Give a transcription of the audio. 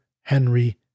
Henry